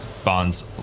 Bonds